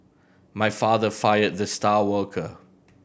my father fired the star worker